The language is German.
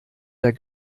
der